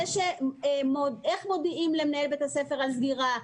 לגבי השאלות איך מודיעים למנהל בית ספר על סגירה,